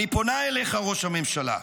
אני פונה אליך, ראש הממשלה,